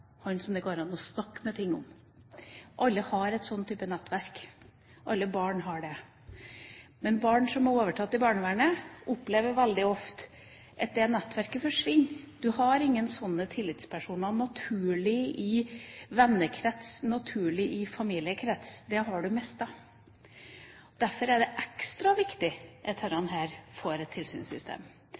han som det går an å snakke med ting om. Alle har en slik type nettverk. Alle barn har det. Men barn som er overtatt av barnevernet, opplever veldig ofte at det nettverket forsvinner. Barna har ingen slike tillitspersoner naturlig i vennekretsen, naturlig i familiekretsen. De har mistet dem. Derfor er det ekstra viktig at disse får et tilsynssystem,